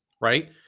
right